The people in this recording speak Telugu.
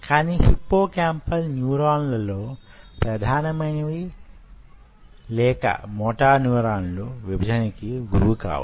కానీ హిప్పోకాంపల్ న్యూరాన్ లలో ప్రధానమైనవి లేక మోటార్ న్యూరాన్లు విభజనకు గురి కావు